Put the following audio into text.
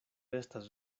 estas